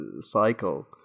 cycle